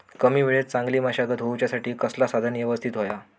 कमी वेळात चांगली मशागत होऊच्यासाठी कसला साधन यवस्तित होया?